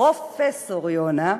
פרופסור יונה,